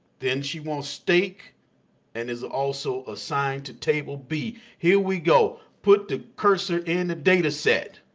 then she wants steak and is also assigned to table b. here we go. put the cursor in the dataset.